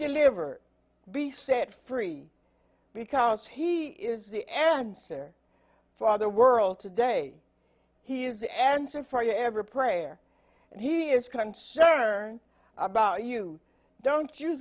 delivered be set free because he is the answer father world today he is the answer for you ever prayer and he is concerned about you don't you